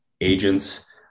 agents